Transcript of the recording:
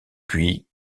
puis